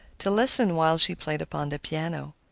to listen while she played upon the piano.